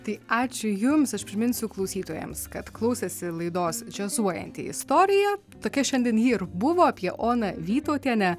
tai ačiū jums primins klausytojams kad klausėsi laidos džiazuojanti istorija tokia šiandien ji ir buvo apie oną vytautienę